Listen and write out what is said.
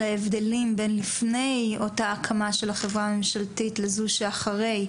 ההבדלים שלפני הקמת החברה הממשלתית ואחרי,